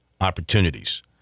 opportunities